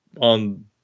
On